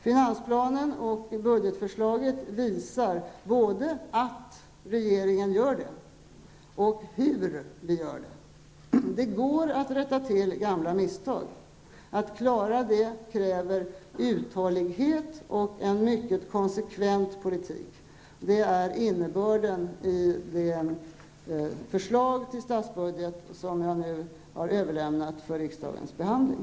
Finansplanen och budgetförslaget visar både att regeringen gör det och hur vi gör det. Det går att rätta till gamla misstag. Att klara det kräver uthållighet och en mycket konsekvent politik. Det är innebörden i det förslag till statsbudget som jag nu har överlämnat för riksdagens behandling.